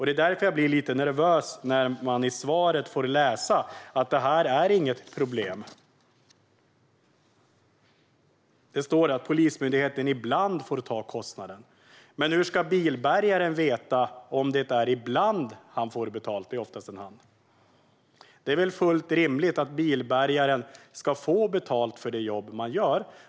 Det är därför jag blir lite nervös när jag i svaret får höra att detta inte är något problem. Ministern säger att Polismyndigheten ibland får ta kostnaden. Men hur ska bilbärgaren veta om det är ibland han får betalt - det är oftast en han. Det är väl fullt rimligt att bilbärgarna ska få betalt för det jobb de gör.